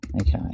Okay